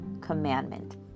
commandment